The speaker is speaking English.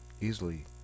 easily